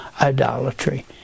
idolatry